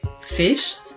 fish